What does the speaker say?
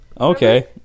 Okay